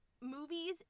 movies